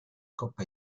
coppa